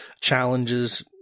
challenges